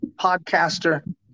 podcaster